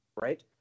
right